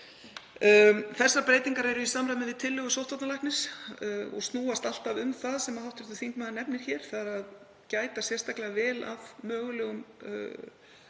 Þessar breytingar eru í samræmi við tillögur sóttvarnalæknis og snúast alltaf um það sem hv. þingmaður nefnir hér, þ.e. að gæta sérstaklega vel að mögulegum